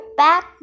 back